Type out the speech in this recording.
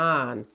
on